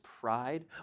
pride